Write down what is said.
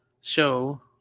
show